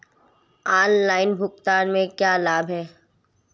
Online भुगतान के क्या लाभ हैं?